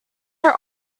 are